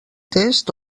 test